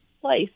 place